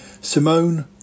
Simone